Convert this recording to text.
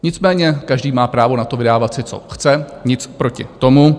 Nicméně každý má právo na to, vydávat si, co chce, nic proti tomu.